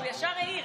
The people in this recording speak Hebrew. הוא ישר העיר.